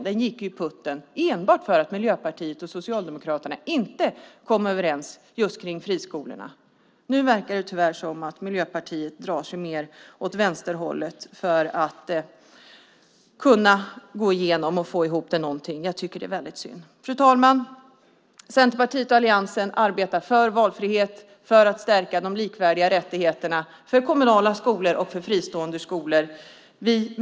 Den gick i putten enbart för att Miljöpartiet och Socialdemokraterna inte kom överens just om friskolorna. Nu verkar det tyvärr som att Miljöpartiet drar sig mer åt vänsterhållet för att ni ska kunna få ihop till någonting. Jag tycker att det är synd. Fru talman! Centerpartiet och alliansen arbetar för valfrihet, för att stärka de likvärdiga rättigheterna, för kommunala skolor och för fristående skolor.